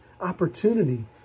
opportunity